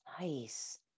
nice